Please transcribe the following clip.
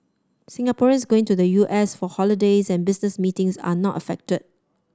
Singaporeans going to the U S for holidays and business meetings are not affected